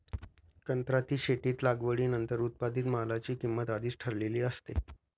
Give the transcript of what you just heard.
कंत्राटी शेतीत लागवडीनंतर उत्पादित मालाची किंमत आधीच ठरलेली असते